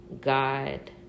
God